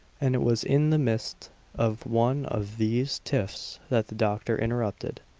and it was in the midst of one of these tiffs that the doctor interrupted,